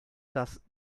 das